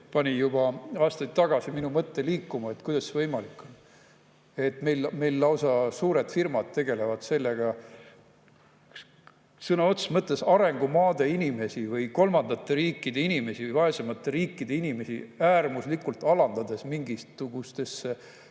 pani juba aastaid tagasi mu mõtte liikuma, et kuidas see võimalik on, et meil lausa suured firmad tegelevad sellega. Sõna otseses mõttes arengumaade inimesi või kolmandate riikide inimesi, vaesemate riikide inimesi äärmuslikult alandades [suruvad] mingisugustesse